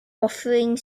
offering